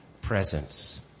presence